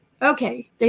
Okay